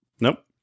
Nope